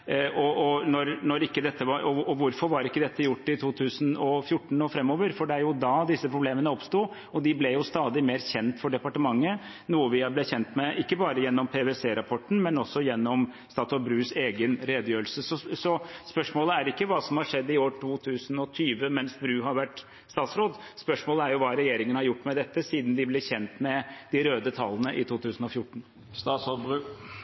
og hvorfor var ikke dette gjort i 2014 og fremover, for det var jo da disse problemene oppsto, og de ble jo stadig mer kjent for departementet, noe vi er blitt kjent med ikke bare gjennom PwC-rapporten, men også gjennom statsråd Brus egen redegjørelse. Så spørsmålet er ikke hva som har skjedd i 2020, mens Bru har vært statsråd, spørsmålet er hva regjeringen har gjort med dette siden de ble kjent med de røde tallene i